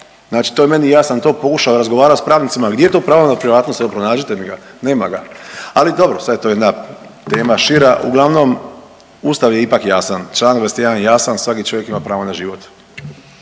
Znači to je meni, ja sam to pokušavao razgovarati s pravnicima, ali gdje je tu pravo na privatnost, evo pronađite mi ga, nema ga. Ali dobro, sad je to jedna tema šira. Uglavnom, Ustav je ipak jasan, čl. 21 jasan, svaki čovjek ima pravo na život.